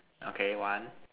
okay one